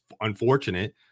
unfortunate